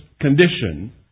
condition